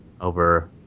over